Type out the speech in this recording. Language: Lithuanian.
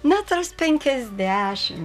metras penkiasdešim